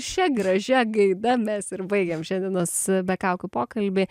šia gražia gaida mes ir baigiam šiandienos be kaukių pokalbį